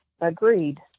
agreed